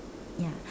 ya